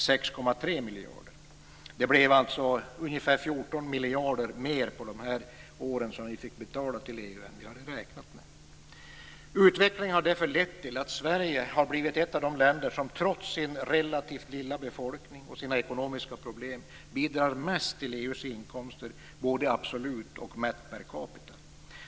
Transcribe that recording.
På de här åren blev det alltså ungefär 14 miljarder mer än vi hade räknat med som vi fick betala till EU. Utvecklingen har därför lett till att Sverige har blivit ett av de länder som trots sin relativt lilla befolkning och sina ekonomiska problem bidrar mest till EU:s inkomster både absolut och mätt per capita.